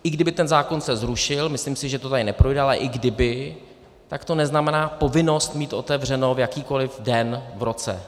I kdyby se ten zákon zrušil myslím si, že to tady neprojde ale i kdyby, tak to neznamená povinnost mít otevřeno v jakýkoliv den v roce.